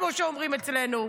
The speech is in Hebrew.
כמו שאומרים אצלנו,